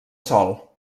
sol